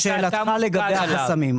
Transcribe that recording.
לשאלתך לגבי החסמים.